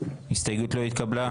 ההסתייגות לא התקבלה.